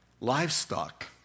livestock